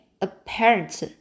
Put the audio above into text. apparent